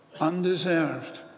undeserved